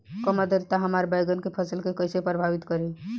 कम आद्रता हमार बैगन के फसल के कइसे प्रभावित करी?